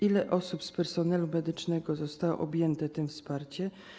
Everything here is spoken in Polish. Ile osób z personelu medycznego zostało objętych tym wsparciem?